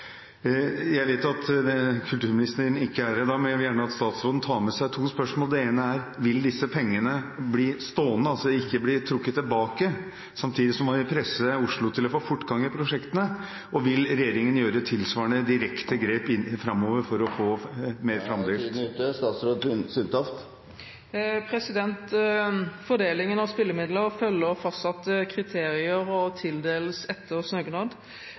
Jeg vet at kulturministeren ikke er her i dag, men jeg vil gjerne at statsråden tar med seg to spørsmål. Det ene er: Vil disse pengene bli stående, altså ikke bli trukket tilbake? Samtidig må vi presse Oslo til å få fortgang i prosjektene. Det andre er: Vil regjeringen gjøre tilsvarende direkte grep framover for å få mer framdrift? Fordelingen av spillemidler følger fastsatte kriterier og tildeles etter